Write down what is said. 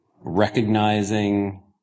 recognizing